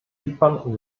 zypern